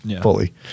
fully